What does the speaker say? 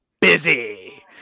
busy